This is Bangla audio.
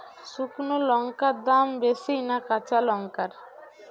শুক্নো লঙ্কার দাম বেশি না কাঁচা লঙ্কার?